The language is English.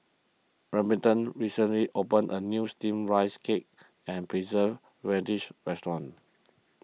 Remington recently opened a new Steamed Rice Cake and Preserved Radish restaurant